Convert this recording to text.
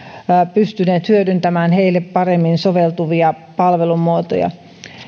pystyneet hyödyntämään heille parhaiten soveltuvia palvelumuotoja